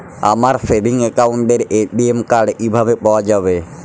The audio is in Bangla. আমার সেভিংস অ্যাকাউন্টের এ.টি.এম কার্ড কিভাবে পাওয়া যাবে?